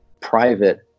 private